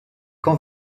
quand